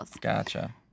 Gotcha